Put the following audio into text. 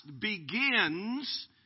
begins